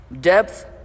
depth